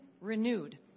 renewed